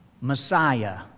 Messiah